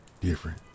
different